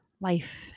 life